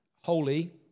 holy